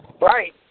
right